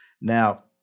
Now